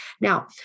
Now